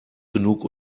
genug